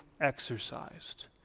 exercised